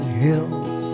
hills